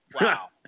Wow